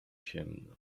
ciemno